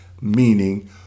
Meaning